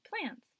plants